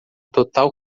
total